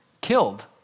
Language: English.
killed